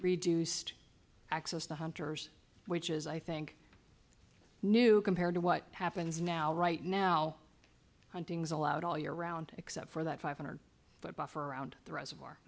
reduced access to hunters which is i think new compared to what happens now right now hunting's allowed all year round except for that five hundred but buffer around the res